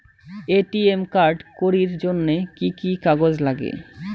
ATM card করির জন্যে কি কি কাগজ নাগে?